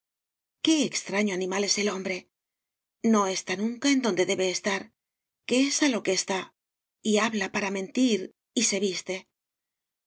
qué extraño animal es el hombre no está nunca en donde debe estar que es a lo que está y habla para mentir y se viste